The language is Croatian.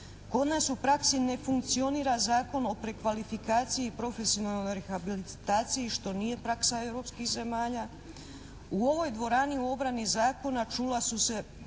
Kod nas u praksi ne funkcionira Zakona o prekvalifikaciji i profesionalnoj rehabilitaciji, što nije praksa europskih zemalja. U ovoj dvorani u obrani zakona čula su se